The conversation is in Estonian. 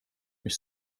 mis